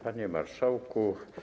Panie Marszałku!